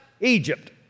Egypt